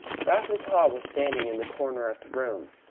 raffles haw was standing in the corner of the room.